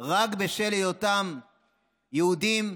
רק בשל היותם יהודים,